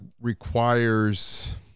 requires